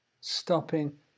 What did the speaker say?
stopping